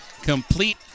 complete